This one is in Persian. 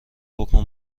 بکن